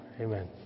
Amen